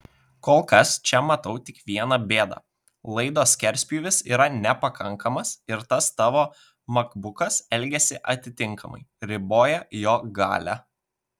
kol kas čia matau tik viena bėdą laido skerspjūvis yra nepakankamas ir tas tavo makbukas elgiasi atitinkamai riboja jo galią